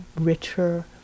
richer